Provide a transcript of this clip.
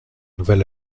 nouvel